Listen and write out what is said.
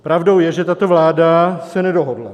Pravdou je, že tato vláda se nedohodla.